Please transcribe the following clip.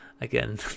Again